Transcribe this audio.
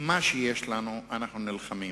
עם מה שיש לנו אנחנו נלחמים.